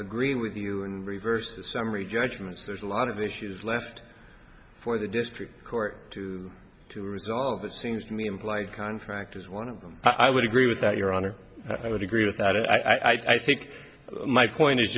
agree with you and reverse the summary judgment there's a lot of issues left for the district court to to resolve it seems to me implied contract is one of them i would agree with that your honor i would agree without it i think my point is